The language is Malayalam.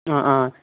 ആ ആ